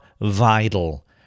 vital